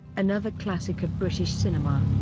another classic of british cinema.